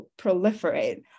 proliferate